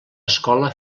escola